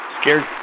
scared